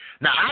Now